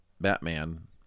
Batman